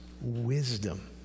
wisdom